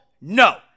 No